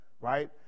right